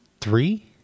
three